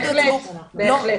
בהחלט.